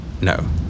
No